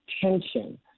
tension